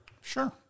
Sure